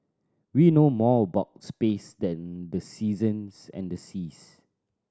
we know more about space than the seasons and the seas